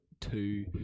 two